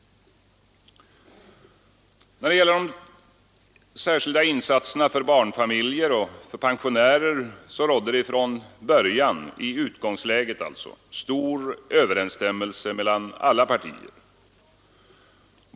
När det gäller de särskilda insatserna för barnfamiljer och pensionärer rådde det i utgångsläget stor överensstämmelse mellan alla partier.